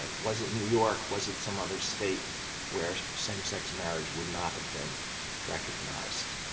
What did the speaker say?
ah was it new york, was it some other state where same-sex marriage would not have been recognized?